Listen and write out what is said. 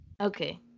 okay